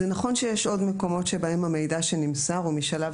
זה נכון שיש עוד מקומות שבהם המידע שנמסר הוא משלב